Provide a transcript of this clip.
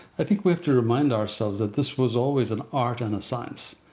i think we have to remind ourselves that this was always an art and a science,